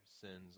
sins